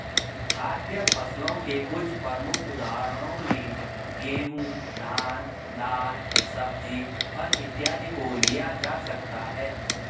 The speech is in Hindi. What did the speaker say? खाद्य फसलों के कुछ प्रमुख उदाहरणों में गेहूं, धान, दाल, सब्जी, फल इत्यादि को लिया जा सकता है